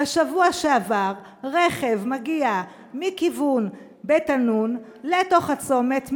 בשבוע שעבר רכב מגיע מכיוון בית-אנון לתוך הצומת,